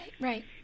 Right